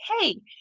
Hey